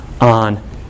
on